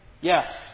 Yes